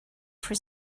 for